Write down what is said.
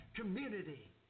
community